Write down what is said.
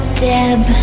deb